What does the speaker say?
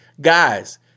Guys